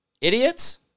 Idiots